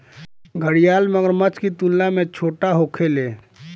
घड़ियाल मगरमच्छ की तुलना में छोट होखेले